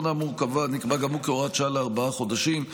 התיקון האמור נקבע גם הוא כהוראת שעה לארבעה חודשים,